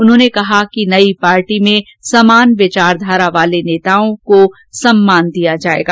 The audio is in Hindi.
उन्होंने कहा कि नयी पार्टी में समान विचारघारा वाले नेताओं को सम्मान दिया जाएगा